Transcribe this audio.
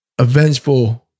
avengeful